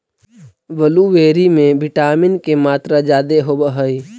blueberry में vitamin के मात्रा जादे होब हई